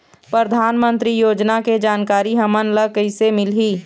परधानमंतरी योजना के जानकारी हमन ल कइसे मिलही?